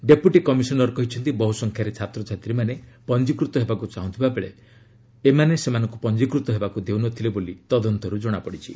deputy commissioner କହିଛନ୍ତି ବହୁ ସଂଖ୍ୟାରେ ଛାତ୍ରଛାତ୍ରୀମାନେ ପଞ୍ଜିକୃତ ହେବାକୁ ଚାହୁଁଥିବା ବେଳେ ଏମାନେ ସେମାନଙ୍କୁ ପଞ୍ଜିକୃତ ହେବାକୁ ଦେଉନଥିଲେ ବୋଲି ତଦନ୍ତରୁ ଜଣାପଡ଼ିଛି